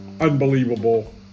unbelievable